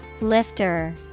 Lifter